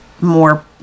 more